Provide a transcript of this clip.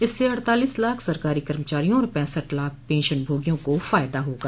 इससे अड़तालीस लाख सरकारी कर्मचारियों और पैसठ लाख पेंशनभोगियों को फायदा होगा